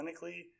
clinically